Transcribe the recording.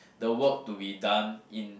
the work to be done in